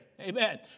Amen